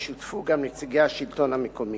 ששותפו בו גם נציגי השלטון המקומי.